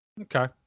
Okay